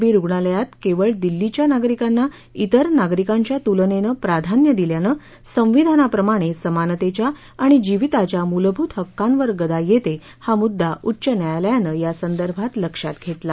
बी रुग्णालयात केवळ दिल्लीच्या नागरिकांना व्विर नागरिकांच्या तुलनेनं प्राधान्य दिल्यानं संविधानाप्रमाणे समानतेच्या आणि जीविताच्या मूलभूत हक्कांवर गदा येते हा मुद्दा उच्च न्यायालयानं या संदर्भात लक्षात घेतला